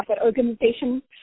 organization